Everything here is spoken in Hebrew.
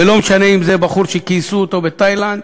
ולא משנה אם כייסו אותו בתאילנד,